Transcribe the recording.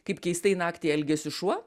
kaip keistai naktį elgėsi šuo